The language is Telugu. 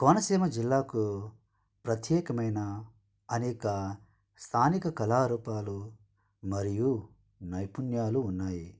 కోనసీమ జిల్లాకు ప్రత్యేకమైన అనేక స్థానిక కళా రూపాలు మరియు నైపుణ్యాలు ఉన్నాయి